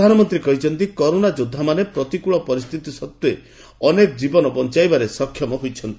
ପ୍ରଧାନମନ୍ତ୍ରୀ କହିଛନ୍ତି କରୋନା ଯୋଦ୍ଧାମାନେ ପ୍ରତିକୂଳ ପରିସ୍ଥିତି ସତ୍ତ୍ୱେ ଅନେକ ଜୀବନ ବଞ୍ଚାଇବାରେ ସକ୍ଷମ ହୋଇଛନ୍ତି